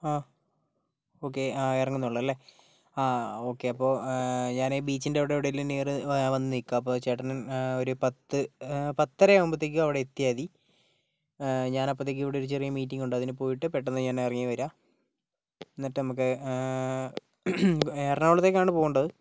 ആ ഓക്കേ ഇറങ്ങുന്നുള്ളുവല്ലേ ആ ഓക്കേ അപ്പോൾ ഞാൻ ബീച്ചിൻ്റെ അവിടെ എവിടെയെങ്കിലും നിയർ വന്ന് നിൽക്കാം അപ്പോൾ ചേട്ടൻ ഒരു പത്ത് പത്തര ആകുമ്പോഴേക്കും അവിടെ എത്തിയാൽ മതി ഞാനപ്പോഴത്തേക്കും ഇവിടെ ഒരു ചെറിയ മീറ്റിംഗ് ഉണ്ട് അതിന് പോയിട്ട് പെട്ടെന്ന് ഞാൻ ഇറങ്ങി വരാം എന്നിട്ട് നമുക്ക് എറണാകുളത്തേക്കാണ് പോകേണ്ടത്